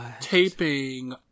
taping